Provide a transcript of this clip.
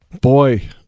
Boy